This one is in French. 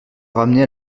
ramener